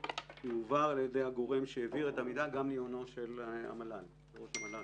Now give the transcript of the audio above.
יועבר על ידי הגורם שהעביר את המידע גם לעיונו של ראש המל"ל